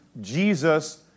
Jesus